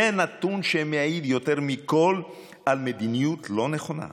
זה נתון שמעיד יותר מכול על מדיניות לא נכונה.